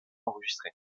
enregistrée